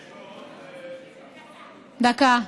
דקה.